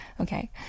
Okay